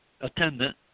attendant